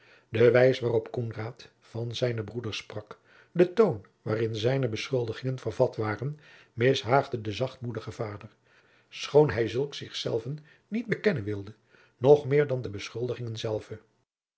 de wijs waarop koenraad van zijnen broeder sprak de toon waarin zijne beschuldigingen vervat waren mishaagde den zachtmoedigen vader schoon hij zulks zichzelven niet bekennen wilde nog meer dan de beschuldigingen zelve